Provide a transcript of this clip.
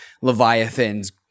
leviathans